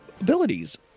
abilities